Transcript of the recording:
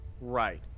Right